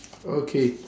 okay